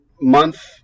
month